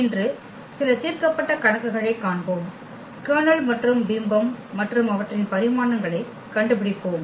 இன்று சில தீர்க்கப்பட்ட கணக்குகளைக் காண்போம் கர்னல் மற்றும் பிம்பம் மற்றும் அவற்றின் பரிமாணங்களைக் கண்டுபிடிப்போம்